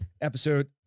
episode